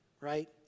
right